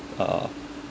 uh